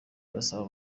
arasaba